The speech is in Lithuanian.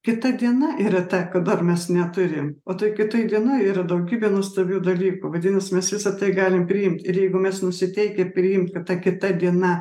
kita diena yra ta ko dar mes neturim o toj kitoj dienoj yra daugybė nuostabių dalykų vadinasi mes visa tai galim priimt ir jeigu mes nusiteikę priimt kad ta kita diena